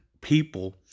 people